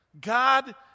God